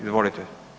Izvolite.